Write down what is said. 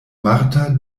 marta